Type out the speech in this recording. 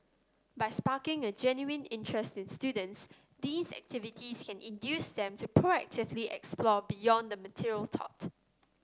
by sparking a genuine interest in students these activities can induce them to proactively explore beyond the material taught